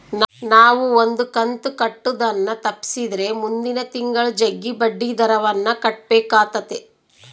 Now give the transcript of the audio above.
ನಾವು ಒಂದು ಕಂತು ಕಟ್ಟುದನ್ನ ತಪ್ಪಿಸಿದ್ರೆ ಮುಂದಿನ ತಿಂಗಳು ಜಗ್ಗಿ ಬಡ್ಡಿದರವನ್ನ ಕಟ್ಟಬೇಕಾತತೆ